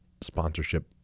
sponsorship